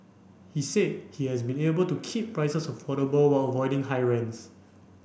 he said he has been able to keep prices affordable while avoiding high rents